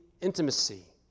intimacy